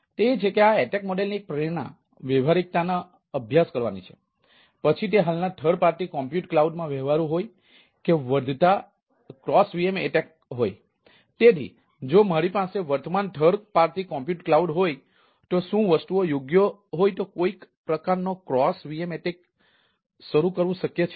તેથી જો મારી પાસે વર્તમાન થર્ડ પાર્ટી કમ્પ્યુટ ક્લાઉડ હોય તો શું વસ્તુઓ યોગ્ય હોય તો કોઈક પ્રકારના ક્રોસ ક્રોસ વીએમ એટેક યોગ્ય રીતે શરૂ કરવું શક્ય છે